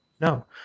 no